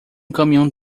caminhão